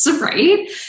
Right